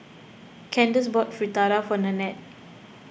Kandace bought Fritada for Nannette